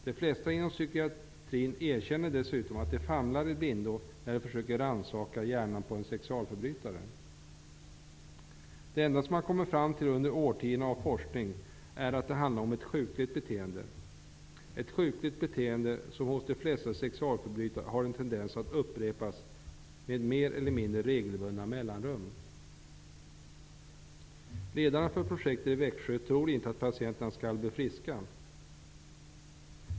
De flesta inom psykiatrin erkänner dessutom att de famlar i blindo när de försöker rannsaka hjärnan på en sexualförbrytare. Det enda som man under årtionden av forskning har kommit fram till är att det handlar om ett sjukligt beteende -- ett sjukligt beteende som hos de flesta sexualförbrytare har en tendens att upprepas med mer eller mindre regelbundna mellanrum. Ledarna för projektet i Växjö tror inte att patienterna blir friska.